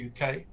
uk